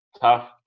tough